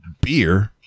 beer